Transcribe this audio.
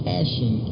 Passion